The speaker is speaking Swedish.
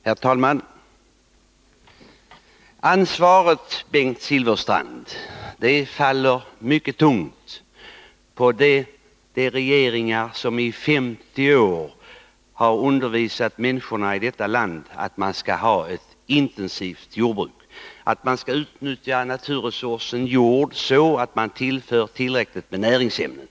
Herr talman! Ansvaret, Bengt Silfverstrand, faller mycket tungt på de regeringar som i 50 år har undervisat människorna i detta land att man skall ha ett intensivt jordbruk, att man skall utnyttja naturresursen jord så att man tillför tillräckligt med näringsämnen.